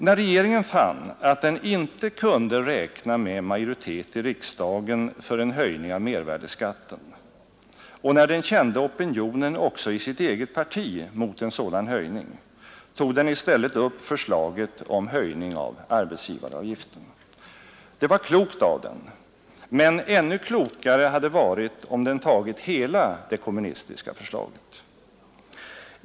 När regeringen fann att den inte kunde räkna med majoritet i riksdagen för en höjning av mervärdeskatten, och när den kände opinionen också i sitt eget parti mot en sådan höjning, tog den i stället upp förslaget om höjning av arbetsgivaravgiften. Det var klokt av den, men ännu klokare hade varit om den tagit hela det kommunistiska förslaget.